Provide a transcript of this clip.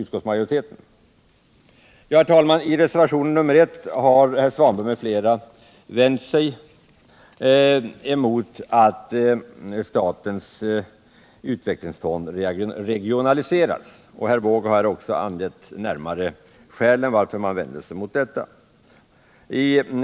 Nr 56 Herr talman! I reservationen 1 har herr Svanberg m.fl. vänt sig mot Lördagen den förslaget att statens utvecklingsfond skall regionaliseras. Herr Wååg har 17 december 1977 också närmare redogjort för skälen till att man vänder sig mot förslaget.